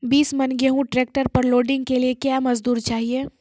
बीस मन गेहूँ ट्रैक्टर पर लोडिंग के लिए क्या मजदूर चाहिए?